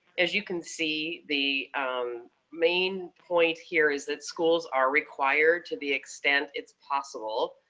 as you can see, the main point here is that schools are required to the extent it's possible,